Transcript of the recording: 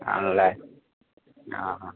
ആണല്ലേ ആ ആ